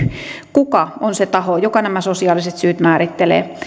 kuka on se taho joka nämä sosiaaliset syyt määrittelee